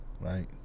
right